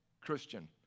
Christian